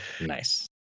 Nice